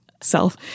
self